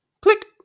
Click